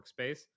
workspace